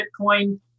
Bitcoin